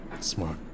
Smart